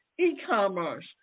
E-commerce